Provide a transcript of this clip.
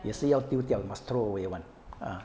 也是要丢掉 must throw away [one] ah